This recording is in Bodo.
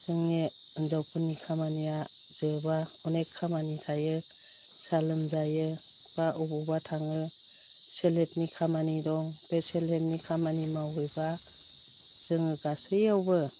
जोंनि हिन्जावफोरनि खामानिया जोबा अनेक खामानि थायो फिसा लोमजायो बा अबावबा थाङो सेल्प हेल्पनि खामानि दं बे सेल्प हेल्पनि खामानि मावहैबा जोङो गासैयावबो